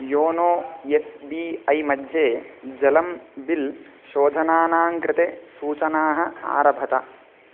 YONO S B I मध्ये जलं bill शोधनानां कृते सूचनाः आरभत